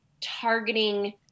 targeting